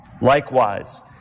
Likewise